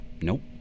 Nope